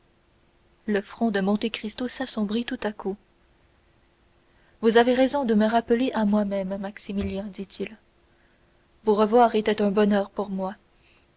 le front de monte cristo s'assombrit tout à coup vous avez raison de me rappeler à moi-même maximilien dit-il vous revoir était un bonheur pour moi